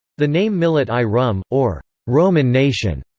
the name millet-i rum, or roman nation,